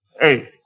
Hey